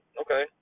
okay